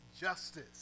justice